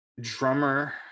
drummer